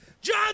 John